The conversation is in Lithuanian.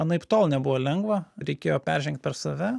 anaiptol nebuvo lengva reikėjo peržengt per save